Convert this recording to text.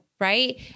right